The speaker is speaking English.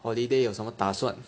holiday 有什么打算